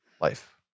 life